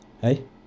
hey